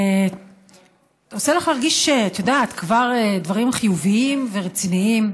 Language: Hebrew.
להרגיש דברים חיוביים ורציניים,